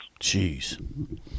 Jeez